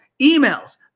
emails